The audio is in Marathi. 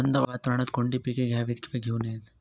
थंड वातावरणात कोणती पिके घ्यावीत? किंवा घेऊ नयेत?